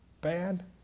bad